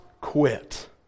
quit